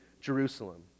Jerusalem